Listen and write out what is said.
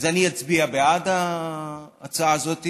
אז אני אצביע בעד ההצעה הזאת,